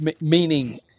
meaning